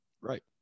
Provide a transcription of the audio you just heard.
right